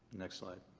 next slide.